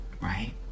right